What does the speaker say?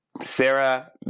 Sarah